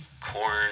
corn